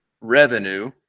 revenue